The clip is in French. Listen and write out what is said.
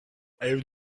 elle